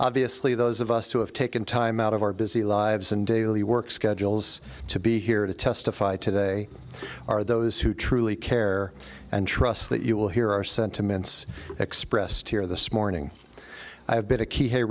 obviously those of us who have taken time out of our busy lives and daily work schedules to be here to testify today are those who truly care and trust that you will hear our sentiments expressed here this morning i have been a key he